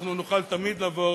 אנחנו נוכל תמיד לבוא